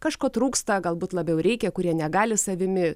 kažko trūksta galbūt labiau reikia kurie negali savimi